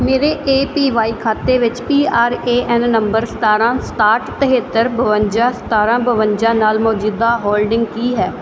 ਮੇਰੇ A P Y ਖਾਤੇ ਵਿੱਚ P R A N number ਸਤਾਰਾਂ ਸਤਾਹਠ ਤੇਹੱਤਰ ਬਵੰਜਾਂ ਸਤਾਰਾਂ ਬਵੰਜਾਂ ਨਾਲ ਮੌਜੂਦਾ ਹੋਲਡਿੰਗ ਕੀ ਹੈ